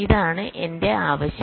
ഇതാണ് എന്റെ ആവശ്യം